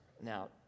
Now